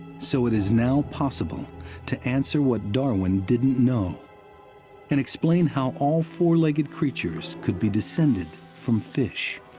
so it is now possible to answer what darwin didn't know and explain how all four-legged creatures could be descended from fish.